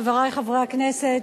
חברי חברי הכנסת,